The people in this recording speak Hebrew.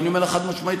ואני אומר לך חד-משמעית,